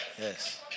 Yes